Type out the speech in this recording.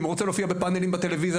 אם הוא רוצה להופיע בפנלים בטלוויזיה,